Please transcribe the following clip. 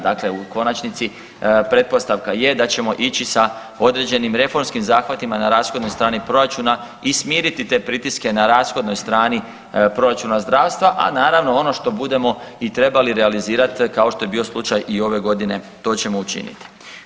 Dakle, u konačnici pretpostavka je da ćemo ići sa određenim reformskim zahvatima na rashodnoj strani proračuna i smiriti te pritiske na rashodnoj strani proračuna zdravstva, a naravno ono što budemo i trebali realizirati kao što je bio slučaj i ove godine, to ćemo učiniti.